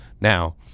Now